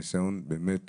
והניסיון באמת